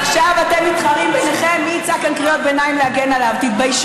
ועכשיו אתם מתחרים ביניכם מי יצעק כאן קריאות ביניים להגן עליו.